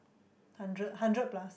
hundred hundred plus